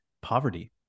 poverty